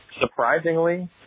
surprisingly